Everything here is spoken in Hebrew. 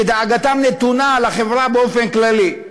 שדאגתם נתונה לחברה באופן כללי.